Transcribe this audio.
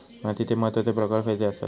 मातीचे महत्वाचे प्रकार खयचे आसत?